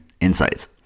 insights